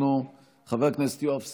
איננו, חבר הכנסת יואב סגלוביץ'